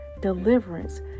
deliverance